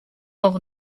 noch